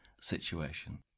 situation